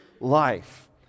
life